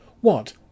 What